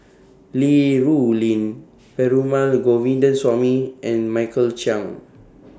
Li Rulin Perumal Govindaswamy and Michael Chiang